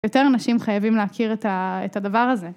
יותר אנשים חייבים להכיר את הדבר הזה.